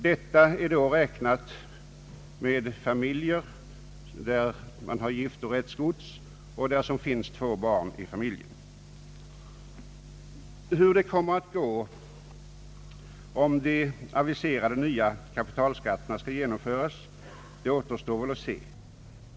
Här har då räknats med familjer som har två barn och där det finns giftorättsgods. Hur det kommer att gå om de aviserade nya kapitalskatterna skall genomföras återstår att se.